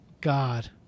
God